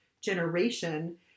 generation